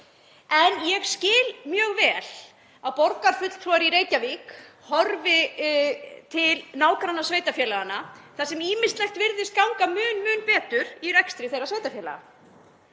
En ég skil mjög vel að borgarfulltrúar í Reykjavík horfi til nágrannasveitarfélaganna þar sem ýmislegt virðist ganga mun betur í rekstri þeirra sveitarfélaga.